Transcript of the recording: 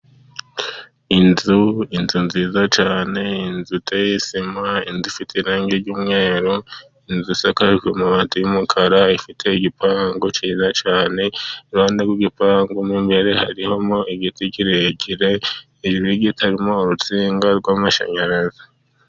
Inzu inzu nziza cyane inzu iteye sima, inzu ifite irangi ry'umweru, inzu isakajwe amabati y'umukara. Ifite igipangu cyiza cyane iruhande rw'igipangu mo imbere harimo igiti kirekire imbere y'igiti harimo urutsinga rw'amashanyarazi.